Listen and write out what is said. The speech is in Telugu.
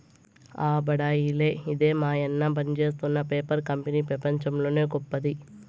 ఆ బడాయిలే ఇదే మాయన్న పనిజేత్తున్న పేపర్ కంపెనీ పెపంచంలోనే గొప్పది